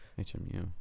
HMU